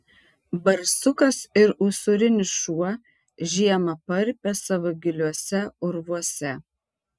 barsukas ir usūrinis šuo žiemą parpia savo giliuose urvuose